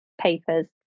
papers